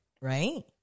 right